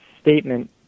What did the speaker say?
statement